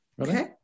Okay